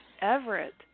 Everett